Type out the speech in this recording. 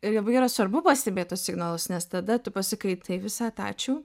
ir labai yra svarbu pastebėt tuos signalus nes tada tu pasakai taip visata ačiū